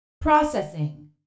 Processing